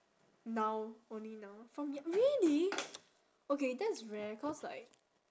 now only now from yo~ really okay that's rare cause like